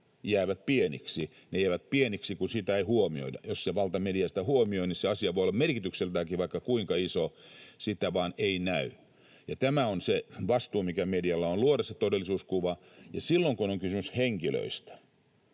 jäävät pieniksi. Ne jäävät pieniksi, kun niitä ei huomioida. Jos valtamedia ei niitä huomioi, vaikka asia voi olla merkitykseltään vaikka kuinka iso, sitä vain ei näy. Tämä on se vastuu, mikä medialla on, luoda se todellisuuskuva, ja silloin kun on kysymys henkilöistä,